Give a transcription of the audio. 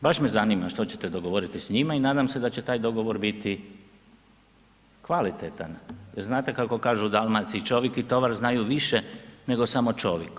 Baš me zanima što ćete dogovoriti s njima i nadam se da će taj dogovor biti kvalitetan, jer znate kako kažu u Dalmaciji čovik i tovar znaju više nego samo čovik.